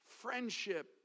friendship